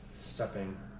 stepping